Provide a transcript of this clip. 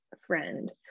friend